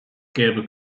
gäbe